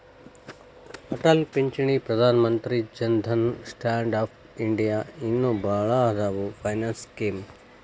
ಅಟಲ್ ಪಿಂಚಣಿ Pradhan Mantri Jan Dhan stand up India ಇನ್ನು ಭಾಳ್ ಅದಾವ್ ಫೈನಾನ್ಸ್ ಸ್ಕೇಮ್